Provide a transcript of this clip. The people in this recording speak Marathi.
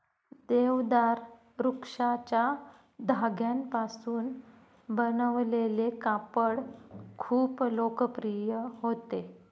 देवदार वृक्षाच्या धाग्यांपासून बनवलेले कापड खूप लोकप्रिय होते